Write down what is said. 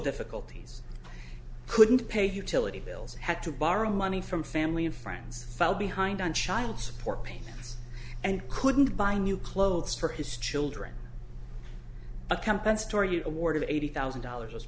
difficulties couldn't pay utility bills had to borrow money from family and friends fell behind on child support payments and couldn't buy new clothes for his children a company story awarded eighty thousand dollars was